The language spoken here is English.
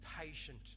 patient